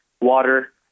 water